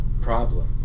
problem